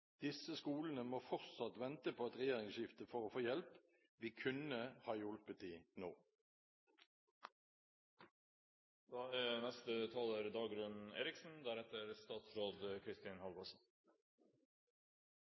Disse skolene må fortsatt vente på et regjeringsskifte for å få hjelp. Vi kunne ha hjulpet dem nå!